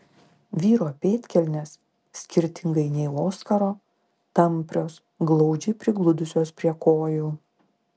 vyro pėdkelnės skirtingai nei oskaro tamprios glaudžiai prigludusios prie kojų